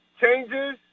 changes